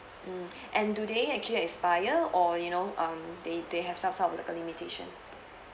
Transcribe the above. mm and do they actually expire or you know um they they have some sort of like a limitation